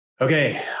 Okay